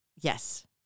Yes